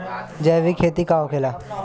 जैविक खेती का होखेला?